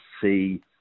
see